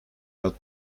out